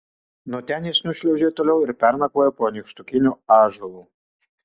nuo ten jis nušliaužė toliau ir pernakvojo po nykštukiniu ąžuolu